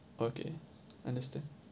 okay understand